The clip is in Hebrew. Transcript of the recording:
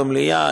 במליאה,